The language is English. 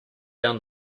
down